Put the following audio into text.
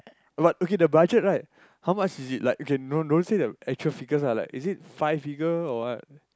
but okay the budget right how much is it like okay don't don't say the actual figures ah like is it five figure or what